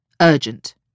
Urgent